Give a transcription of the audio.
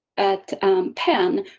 at penn,